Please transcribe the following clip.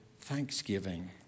thanksgiving